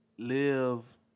Live